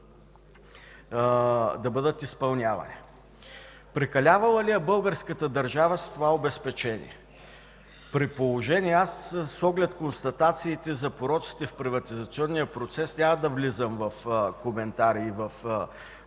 да бъдат изпълнявани. Прекалявала ли е българската държава с това обезпечение? С оглед констатациите за пороците в приватизационния процес няма да влизам в коментари и описание